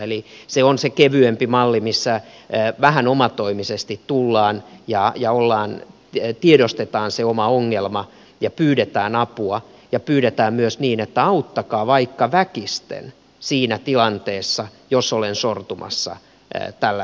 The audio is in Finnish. eli se on se kevyempi malli missä omatoimisesti tullaan ja ja ollaan jo tiedostetaan se oma ongelma ja pyydetään apua ja pyydetään myös niin että auttakaa vaikka väkisten siinä tilanteessa jos olen sortumassa tällaiseen tilanteeseen